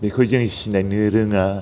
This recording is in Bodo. बेखौ जों सिनायनो रोङा